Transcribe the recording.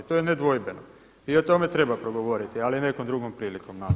je nedvojbeno i o tome treba progovoriti ali nekom drugom prilikom